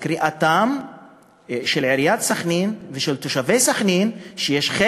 ולקריאתם של עיריית סח'נין ושל תושבי סח'נין.